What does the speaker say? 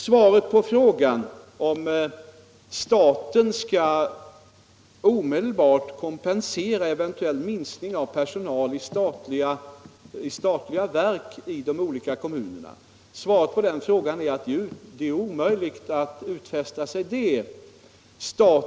Svaret på frågan om staten omedelbart skall kompensera en eventuell minskning av personalen i statliga verk i de olika kommunerna är att det är omöjligt att göra en utfästelse härom.